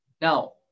Now